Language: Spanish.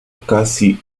casi